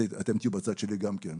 אתם תהיו בצד שלי גם כן.